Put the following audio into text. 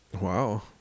wow